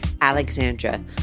Alexandra